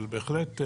אבל בהחלט,